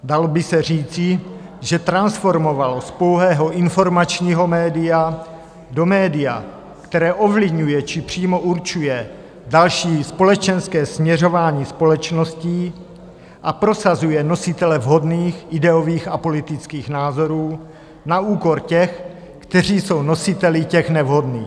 Dalo by se říci, že transformovalo z pouhého informačního média do média, které ovlivňuje, či přímo určuje další společenské směřování společností a prosazuje nositele vhodných ideových a politických názorů na úkor těch, kteří jsou nositeli těch nevhodných.